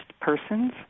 persons